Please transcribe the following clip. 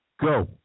go